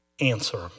answer